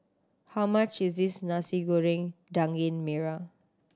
how much is this Nasi Goreng Daging Merah